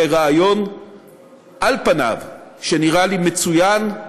זה רעיון שעל פניו נראה לי מצוין,